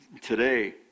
Today